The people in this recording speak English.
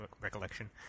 recollection